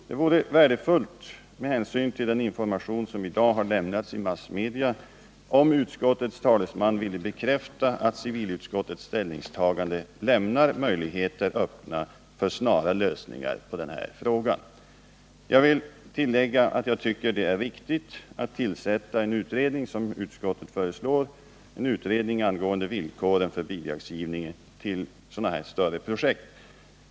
Det vore värdefullt, med hänsyn till den information som i dag har lämnats i massmedia, om utskottets talesman ville bekräfta att civilutskottets ställningstagande lämnar möjligheter öppna för snara lösningar av den här frågan. Jag vill tillägga att jag tycker det är riktigt att tillsätta en utredning, som utskottet föreslår, angående villkoren för bidragsgivningen till sådana här större projekt.